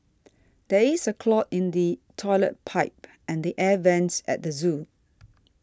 there is a clog in the Toilet Pipe and the Air Vents at the zoo